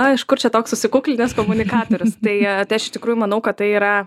na iš kur čia toks susikuklinęs komunikatorius tai tai aš iš tikrųjų manau kad tai yra